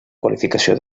qualificació